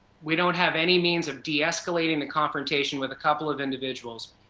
we don't have any means of de escalating the confrontation with a couple of individuals,